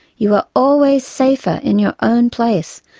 you are always safer in your own place,